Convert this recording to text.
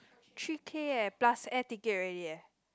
three K eh plus air ticket already leh